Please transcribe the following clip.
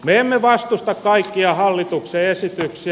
me emme vastusta kaikkia hallituksen esityksiä